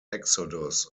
exodus